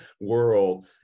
world